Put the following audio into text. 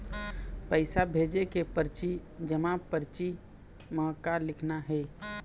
पैसा भेजे के परची जमा परची म का लिखना हे?